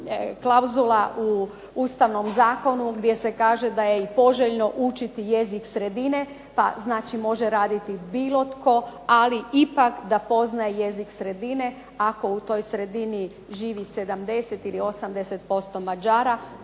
klauzula u ustavnom zakonu gdje se kaže da je i poželjno učiti jezik sredine pa znači može raditi bilo tko, ali ipak da poznaje jezik sredine. Ako u toj sredini živi 70 ili 80% Mađara